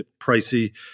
pricey